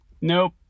Nope